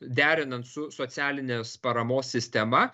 derinant su socialinės paramos sistema